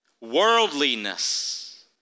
Worldliness